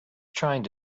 trying